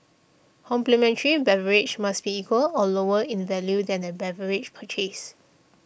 complimentary beverage must be equal or lower in value than beverage purchased